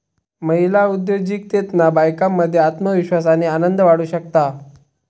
महिला उद्योजिकतेतना बायकांमध्ये आत्मविश्वास आणि आनंद वाढू शकता